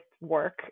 work